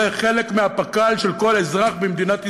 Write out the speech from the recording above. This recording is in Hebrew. זה חלק מהפק"ל של כל אזרח במדינת ישראל,